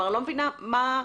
אני לא מבינה איפה הקונפליקט.